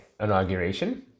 inauguration